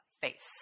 face